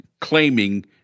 claiming